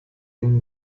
eng